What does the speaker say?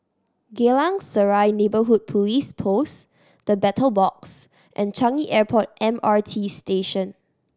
Geylang Serai Neighbourhood Police Post The Battle Box and Changi Airport M R T Station